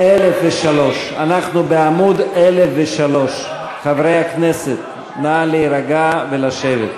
1003. חברי הכנסת, נא להירגע ולשבת.